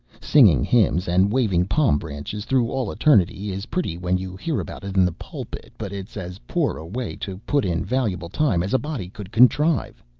singing hymns and waving palm branches through all eternity is pretty when you hear about it in the pulpit, but it's as poor a way to put in valuable time as a body could contrive.